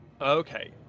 Okay